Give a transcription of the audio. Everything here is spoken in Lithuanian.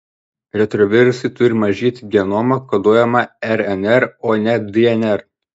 retrovirusai turi mažyti genomą koduojamą rnr o ne dnr